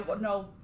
No